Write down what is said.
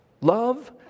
Love